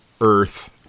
Earth